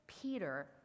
Peter